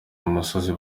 musozi